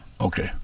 okay